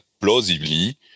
plausibly